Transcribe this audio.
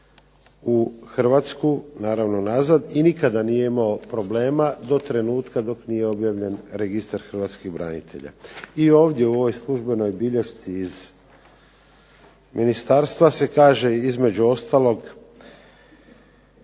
u Hrvatsku, naravno nazad i nikada nije imao problema do trenutka dok nije objavljen registar hrvatskih brantelja. I ovdje u ovoj službenoj bilješci iz ministarstva se kaže, između ostalog,